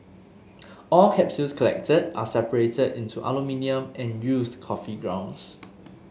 all capsules collected are separated into aluminium and used coffee grounds